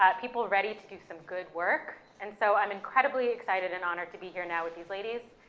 ah people ready to do some good work, and so i'm incredibly excited and honored to be here now with these ladies.